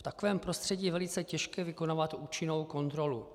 V takovém prostředí je velice těžké vykonávat účinnou kontrolu.